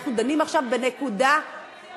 אנחנו דנים עכשיו בנקודה ספציפית.